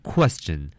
Question